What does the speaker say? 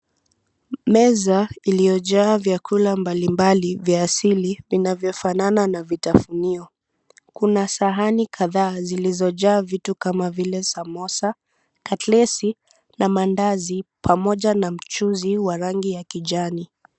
Meza iliyojaa vyakula mbalimbali vya asili vinavyofanana na vitafunio. Kuna sahani kadhaa zilizojaa vitu kama vile samosa , katlesi na mandazi pamoja na mchuzi wa rangi ya kijani.